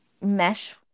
mesh